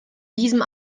diesem